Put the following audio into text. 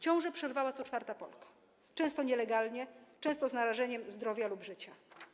Ciążę przerwała co czwarta Polka, często nielegalnie, często z narażeniem zdrowia lub życia.